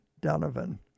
Donovan